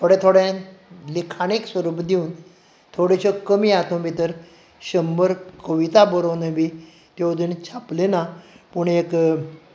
थोडे थोडे लिखाणीक स्वरूप दिवन थोड्योश्यो कमी हातूंत भितर शंबर कविता बरोवनय बी त्यो आजून छापल्यो नात